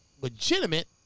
legitimate